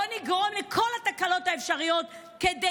בוא נגרום לכל התקלות האפשריות כדי